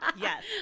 Yes